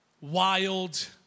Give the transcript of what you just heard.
wild